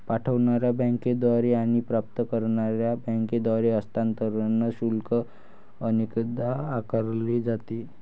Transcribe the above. पाठवणार्या बँकेद्वारे आणि प्राप्त करणार्या बँकेद्वारे हस्तांतरण शुल्क अनेकदा आकारले जाते